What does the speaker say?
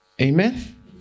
amen